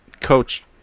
Coach